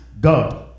god